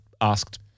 asked